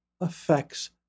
affects